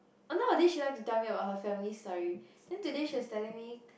oh nowadays she like to tell me about her family story then today she was telling me